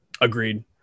Agreed